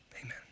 Amen